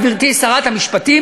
גברתי שרת המשפטים,